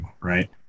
right